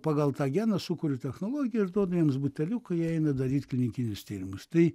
pagal tą geną sukuriu technologiją ir duodu jiems buteliuką jie eina daryt klinikinius tyrimus tai